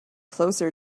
closer